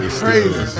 crazy